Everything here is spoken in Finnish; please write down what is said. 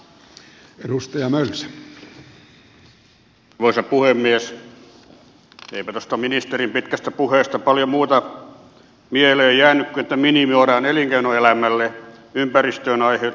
eipä tuosta ministerin pitkästä puheesta paljon muuta mieleen jäänyt kuin että minimoidaan elinkeinoelämästä ympäristöön aiheutuvia haittoja